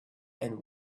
and